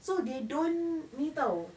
so they don't ni [tau]